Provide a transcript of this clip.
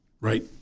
Right